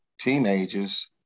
teenagers